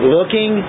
Looking